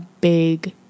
big